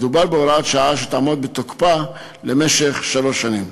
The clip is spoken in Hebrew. מדובר בהוראת שעה שתעמוד בתוקפה במשך שלוש שנים.